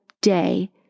day